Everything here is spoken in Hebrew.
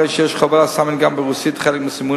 הרי שיש חובה לסמן גם ברוסית חלק מהסימונים